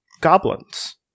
Goblins